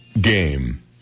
game